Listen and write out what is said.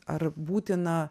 ar būtina